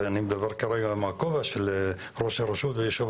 ואני מדבר כרגע מהכובע של ראש רשות ויושב